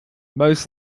most